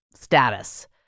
status